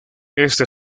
este